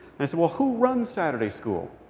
and i said, well, who runs saturday school?